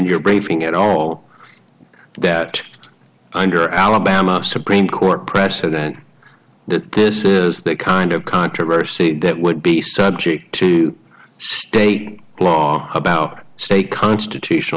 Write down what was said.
your braving at all that under alabama supreme court precedent that this is the kind of controversy that would be subject to state law about state constitutional